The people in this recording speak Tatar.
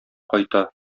кайта